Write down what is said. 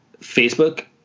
Facebook